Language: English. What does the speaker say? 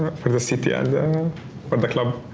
for the city and um for the club.